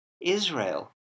Israel